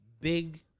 big